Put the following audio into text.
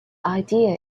idea